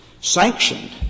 sanctioned